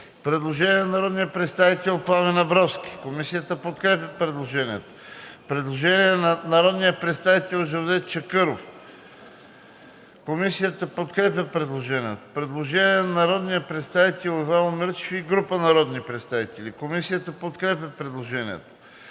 Предложение на народния представител Пламен Абровски. Комисията подкрепя предложението. Предложение на народния представител Джевдет Чакъров. Комисията подкрепя предложението. Предложение на народния представител Ивайло Мирчев и група народни представители. Комисията подкрепя предложението.